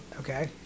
Okay